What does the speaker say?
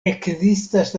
ekzistas